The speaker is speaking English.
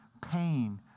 pain